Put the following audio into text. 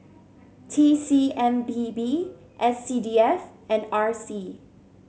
T C M P B S C D F and R C